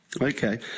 Okay